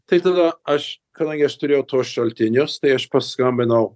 tai tada aš kadangi aš turėjau tuos šaltinius tai aš paskambinau